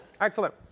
Excellent